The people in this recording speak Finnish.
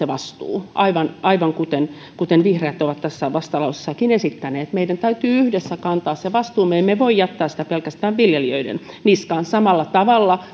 vastuu aivan aivan kuten kuten vihreät ovat tässä vastalauseessakin esittäneet meidän täytyy yhdessä kantaa se vastuu me emme voi jättää sitä pelkästään viljelijöiden niskaan samalla tavalla